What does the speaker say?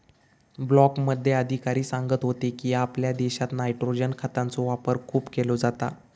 ब्लॉकमध्ये अधिकारी सांगत होतो की, आपल्या देशात नायट्रोजन खतांचो वापर खूप केलो जाता